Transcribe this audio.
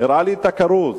הראה לי את הכרוז.